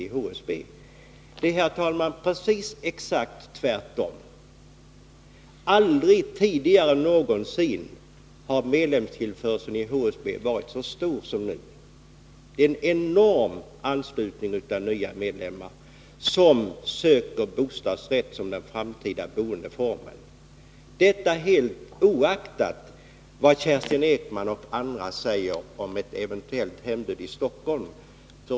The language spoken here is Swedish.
Men det intressanta är, herr talman, att förhållandet är det rakt motsatta. Aldrig tidigare har medlemstillströmningen till HSB varit så stor som nu. Det är en enorm anslutning av nya medlemmar, som ser bostadsrätt som den framtida boendeformen. Detta gäller alltså trots allt vad Kerstin Ekman och andra säger om en eventuell hembudsskyldighet i Stockholm.